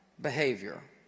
behavior